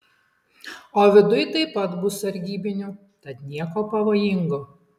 o viduj taip pat bus sargybinių tad nieko pavojingo